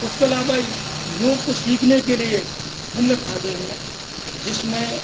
उसके अलावा योग को सीखने के लिए निम्न फायदे हैं जिसमें